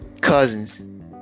Cousins